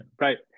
Right